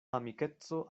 amikeco